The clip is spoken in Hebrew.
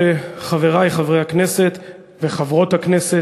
חברי חברי הכנסת וחברות הכנסת,